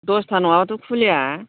दसथा नङाब्लाथ' खुलिया